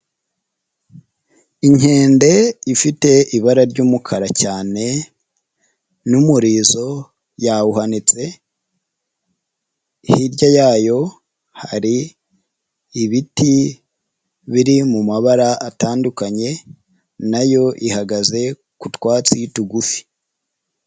Inkende ifite ibara ry'umukara cyane n'umurizo yawuhanitse, hirya yayo hari ibiti biri mu mabara atandukanye, nayo ihagaze ku twatsi tugufi.